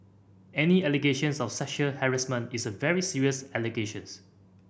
any allegations of sexual harassment is a very serious allegations